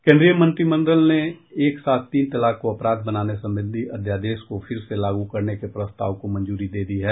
केन्द्रीय मंत्रिमंडल ने एक साथ तीन तलाक को अपराध बनाने संबंधी अध्यादेश को फिर से लागू करने के प्रस्ताव को मंजूरी दे दी है